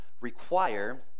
require